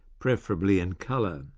preferably in colour.